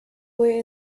way